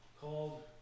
called